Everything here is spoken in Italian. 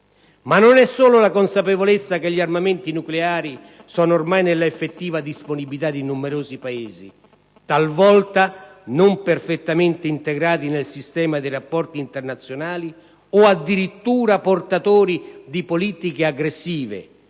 Ma non è solo la consapevolezza che gli armamenti nucleari sono ormai nella effettività disponibilità di numerosi Paesi, talvolta non perfettamente integrati nel sistema dei rapporti internazionali o addirittura portatori di politiche aggressive,